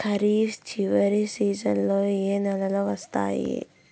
ఖరీఫ్ చివరి సీజన్లలో ఏ నెలలు వస్తాయి?